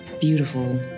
beautiful